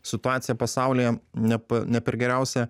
situacija pasaulyje ne pa nepergeriausia